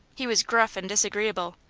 he was gruff and disagreeable,